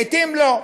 לעתים לא.